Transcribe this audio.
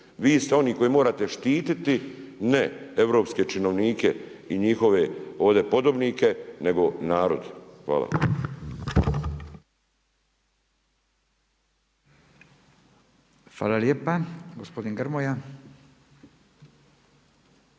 Vi ste oni koji morate štititi, ne europske činovnike i njihove ovdje podobnike, nego narod. Hvala. **Radin, Furio